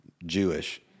Jewish